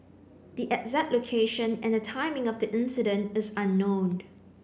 the exact location and the timing of the incident is unknown